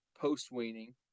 post-weaning